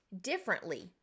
differently